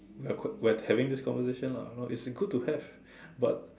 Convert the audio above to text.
we're qu~ we're having this conversation lah know it's good to have but